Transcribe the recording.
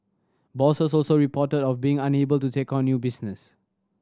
bosses also reported of being unable to take on new business